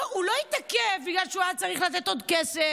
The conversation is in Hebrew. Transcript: הוא לא התעכב בגלל שהוא היה צריך לתת עוד כסף,